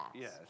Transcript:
Yes